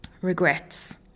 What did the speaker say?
regrets